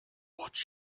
what